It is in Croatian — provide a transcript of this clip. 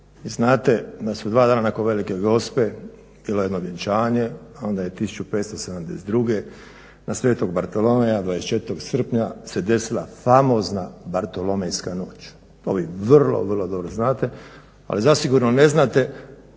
znate da su dva dana nakon Velike Gospe bilo jedno vjenčanje, onda je 1572. na svetog Bartolomeja 24. srpnja se desila famozna bartolomejska noć, to vi vrlo, vrlo dobro znate, ali zasigurno ne znate